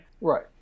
Right